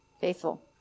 Faithful